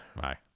Bye